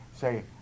say